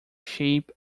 shape